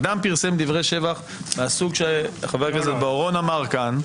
אדם פרסם דברי שבח מהסוג שחבר הכנסת בוארון אמר כאן,